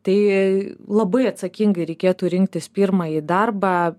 tai labai atsakingai reikėtų rinktis pirmąjį darbą